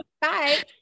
Bye